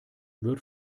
wird